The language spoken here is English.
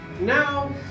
Now